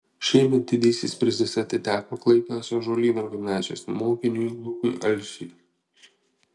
šiemet didysis prizas atiteko klaipėdos ąžuolyno gimnazijos mokiniui lukui alsiui